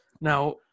Now